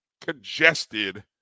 congested